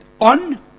on